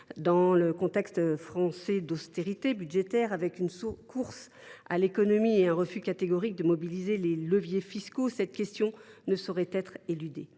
Dans le contexte français d’austérité budgétaire, marqué par une course à l’économie et un refus catégorique de mobiliser les leviers fiscaux, cette question ne saurait être éludée.